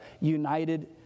united